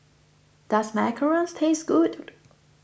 does Macarons taste good